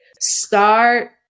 start